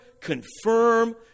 confirm